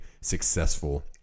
successful